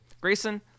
Grayson